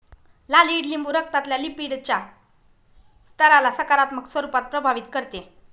लाल ईडलिंबू रक्तातल्या लिपीडच्या स्तराला सकारात्मक स्वरूपात प्रभावित करते